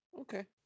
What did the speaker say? okay